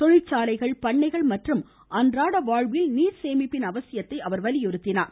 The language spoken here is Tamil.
தொழிற்சாலைகள் பண்ணைகள் மற்றும் அன்றாட வாழ்வில் நீர் சேமிப்பின் அவசியத்தை அவர் வலியுறுத்தினார்